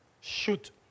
Shoot